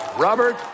Robert